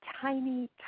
tiny